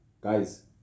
Guys